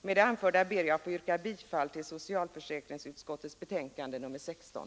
Med det anförda ber jag att få yrka bifall till socialförsäkringsutskottets hemställan i betänkande nr 16.